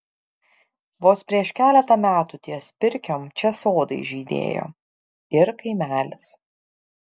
vos prieš keletą metų ties pirkiom čia sodai žydėjo ir kaimelis